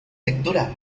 lectura